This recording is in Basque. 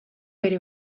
ere